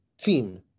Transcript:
team